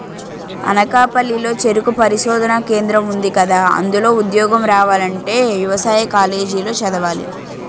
అనకాపల్లి లో చెరుకు పరిశోధనా కేంద్రం ఉందికదా, అందులో ఉద్యోగం రావాలంటే యవసాయ కాలేజీ లో చదవాలి